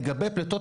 פליטת